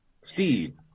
steve